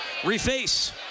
reface